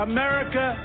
America